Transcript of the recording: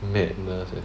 madness